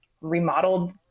remodeled